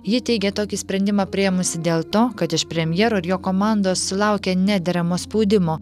ji teigė tokį sprendimą priėmusi dėl to kad iš premjero ir jo komandos sulaukė nederamo spaudimo